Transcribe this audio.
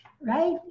right